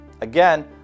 again